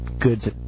goods